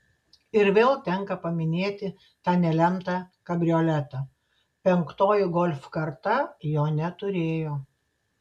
ir vėl tenka paminėti tą nelemtą kabrioletą penktoji golf karta jo neturėjo